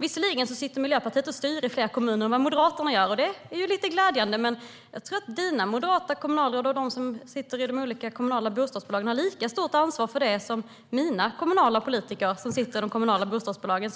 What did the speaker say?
Visserligen sitter Miljöpartiet och styr i fler kommuner än vad Moderaterna gör, och det är lite glädjande. Men jag tror att dina moderata kommunalråd och de som sitter i de olika kommunala bostadsbolagen har lika stort ansvar för det som mina kommunala politiker som sitter i de kommunala bostadsbolagen.